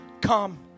come